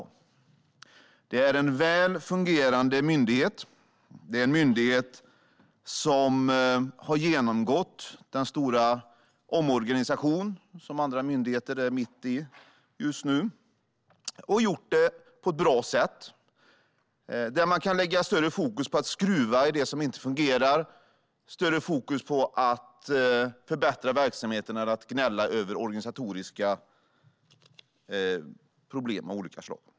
Kriminalvården är en väl fungerande myndighet som har genomgått den stora omorganisation som andra myndigheter är mitt i just nu, och den har gjort det på ett bra sätt. Man kan nu lägga större fokus på att skruva i det som inte fungerar och förbättra verksamheten än på att gnälla över organisatoriska problem av olika slag.